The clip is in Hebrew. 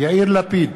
יאיר לפיד,